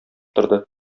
торды